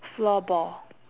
floorball